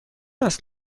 است